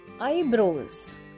eyebrows